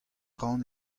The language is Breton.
ran